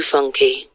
Funky